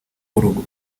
w’urugo